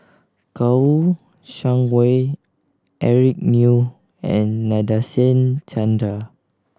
Kouo Shang Wei Eric Neo and Nadasen Chandra